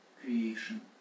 creation